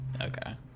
okay